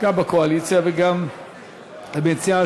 גם בקואליציה וגם המציעה,